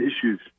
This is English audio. Issues